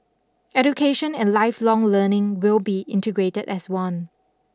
education and lifelong learning will be integrated as one